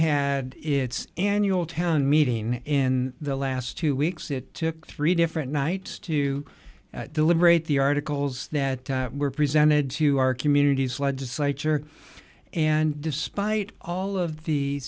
had its annual town meeting in the last two weeks it took three different nights to deliberate the articles that were presented to our communities legislature and despite all of the